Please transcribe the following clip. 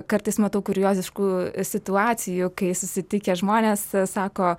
kartais matau kurioziškų situacijų kai susitikę žmonės sako